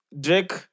Drake